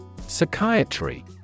Psychiatry